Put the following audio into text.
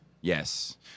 yes